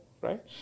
right